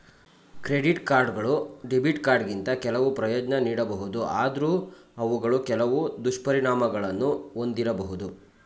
credit ಕಾರ್ಡ್ಗಳು debit ಕಾರ್ಡ್ಗಿಂತ ಕೆಲವು ಪ್ರಯೋಜ್ನ ನೀಡಬಹುದು ಆದ್ರೂ ಅವುಗಳು ಕೆಲವು ದುಷ್ಪರಿಣಾಮಗಳನ್ನು ಒಂದಿರಬಹುದು